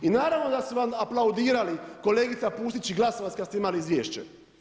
I naravno da su vam aplaudirali kolegica Pusić i Glasovac kada ste imali izvješće.